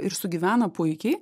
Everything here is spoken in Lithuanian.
ir sugyvena puikiai